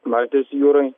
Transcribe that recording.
baltijos jūroj